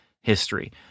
history